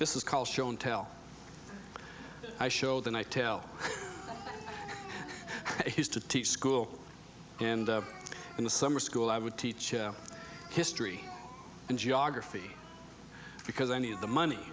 this is called show and tell i show then i tell used to teach school and in the summer school i would teach history and geography because i needed the money